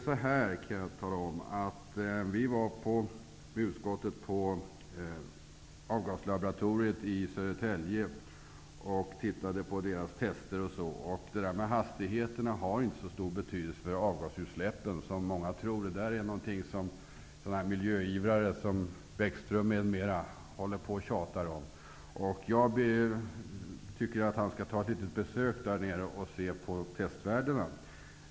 Jag kan tala om att utskottet besökte Avgaslaboratoriet i Södertälje och tittade på dess tester. Det visade sig att hastigheterna inte har så stor betydelse för avgasutsläppen som många tror. Det är något som sådana miljöivrare som Lars Bäckström m.fl. håller på att tjata om. Jag tycker att han skall göra ett litet besök där för att se på testvärdena.